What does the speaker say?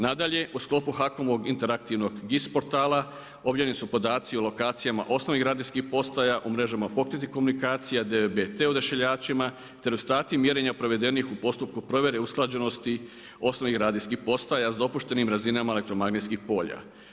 Nadalje, u sklopu HAKOM-ovog interaktivnog GIS portala objavljeni su podaci o lokacijama osnovnih radijskih postaja, u mrežama pokretnih komunikacija, dvb odašiljačima te … mjerenja provedenih u postupku provjere usklađenosti osnovnih radijskih postaja sa dopuštenim razinama elektromagnetskih polja.